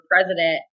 president